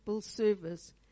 service